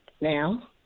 now